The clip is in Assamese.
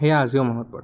সেইয়া আজিও মনত পৰে